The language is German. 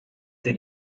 sie